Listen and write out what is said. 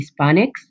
Hispanics